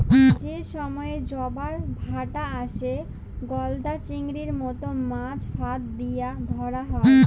যে সময়ে জবার ভাঁটা আসে, গলদা চিংড়ির মত মাছ ফাঁদ দিয়া ধ্যরা হ্যয়